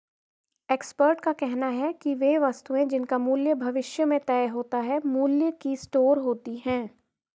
expert का कहना है कि वे वस्तुएं जिनका मूल्य भविष्य में तय होता है मूल्य की स्टोर होती हैं